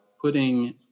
putting